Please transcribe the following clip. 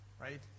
right